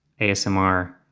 ASMR